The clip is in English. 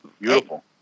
Beautiful